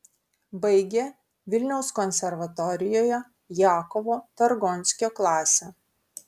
baigė vilniaus konservatorijoje jakovo targonskio klasę